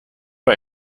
bei